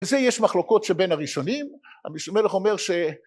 וזה יש מחלוקות שבין הראשונים, המשנה למלך אומר